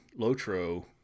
Lotro